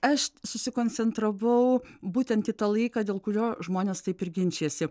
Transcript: aš susikoncentravau būtent į tą laiką dėl kurio žmonės taip ir ginčijasi